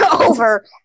over